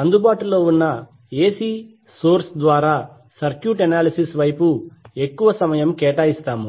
అందుబాటులో ఉన్న AC source ద్వారా సర్క్యూట్ అనాలిసిస్ వైపు ఎక్కువ సమయం కేటాయిస్తాము